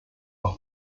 aus